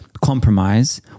compromise